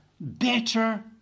better